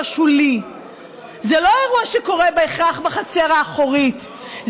שולי זה לא אירוע שקורה בהכרח בחצר האחורית,